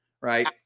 right